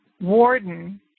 warden